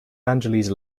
angeles